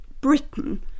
Britain